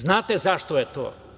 Znate zašto je to?